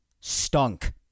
stunk